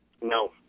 No